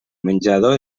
menjador